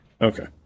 Okay